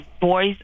boys